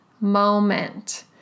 moment